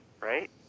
right